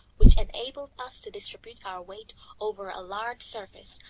which enabled us to distribute our weight over a larger surface,